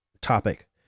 topic